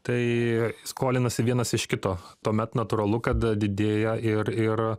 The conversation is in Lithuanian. tai skolinasi vienas iš kito tuomet natūralu kad didėja ir ir